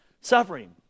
suffering